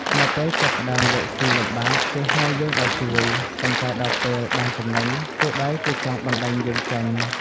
នៅពេលចាប់ផ្ដើមរកស៊ីលំបាក គេហៅយើងឱ្យជួយ ប៉ុន្តែដល់ពេលបានចំណេញ គេបែរជាចង់បណ្ដេញយើងចេញ។